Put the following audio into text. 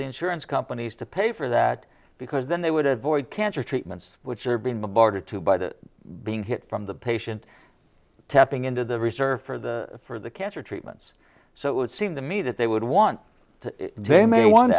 the insurance companies to pay for that because then they would have void cancer treatments which are being bombarded to buy that being hit on the patient tapping into the reserve for the for the cancer treatments so it would seem to me that they would want to they may want